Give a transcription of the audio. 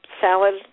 Salad